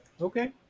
Okay